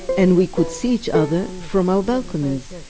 and we could see each other from our balconies.